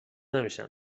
نمیشن